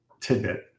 tidbit